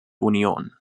union